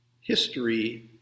history